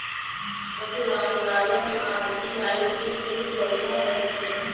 Raghuram Rajan RBI के पूर्व governor रह चुके हैं